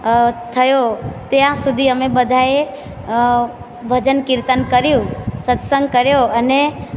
થયો ત્યાં સુધી અમે બધાએ ભજન કિર્તન કર્યું સત્સંગ કર્યો અને